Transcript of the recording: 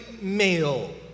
male